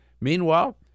Meanwhile